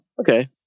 okay